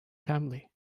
family